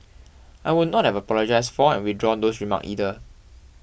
I would not have apologise for and withdrawn those remark either